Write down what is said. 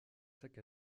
sacs